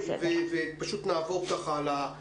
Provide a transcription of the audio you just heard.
אנחנו נשמע את הדוברים האחרים.